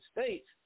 States